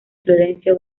florencio